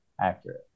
accurate